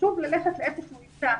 חשוב ללכת לאיפה שהוא נמצא,